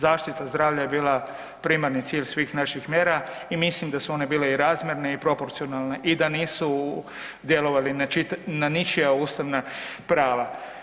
Zaštita zdravlja je bila primarni cilj svih naših mjera i mislim da su one bile i razmjerne i proporcionalne i da nisu djelovali na ničija ustavna prava.